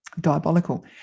diabolical